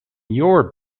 your